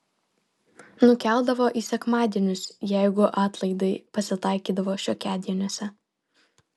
nukeldavo į sekmadienius jeigu atlaidai pasitaikydavo šiokiadieniuose